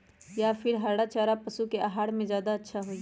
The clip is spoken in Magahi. या फिर हरा चारा पशु के आहार में ज्यादा अच्छा होई?